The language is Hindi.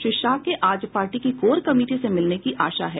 श्री शाह के आज पार्टी की कोर कमेटी से मिलने की आशा है